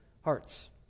hearts